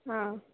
ಹಾಂ